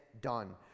done